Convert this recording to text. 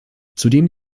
zudem